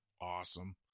Awesome